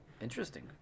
Interesting